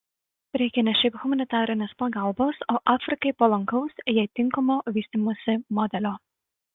reikia ne šiaip humanitarinės pagalbos o afrikai palankaus jai tinkamo vystymosi modelio